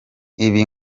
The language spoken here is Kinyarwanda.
ibi